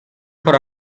for